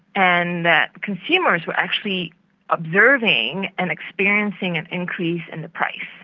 and that consumers were actually observing and experiencing an increase in the price,